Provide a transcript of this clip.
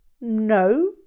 No